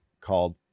called